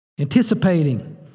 anticipating